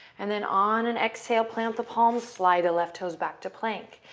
and then on an exhale, plant the palms. slide the left toes back to plank.